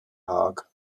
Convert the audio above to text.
haag